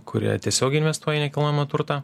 kurie tiesiogiai investuoja į nekilnojamą turtą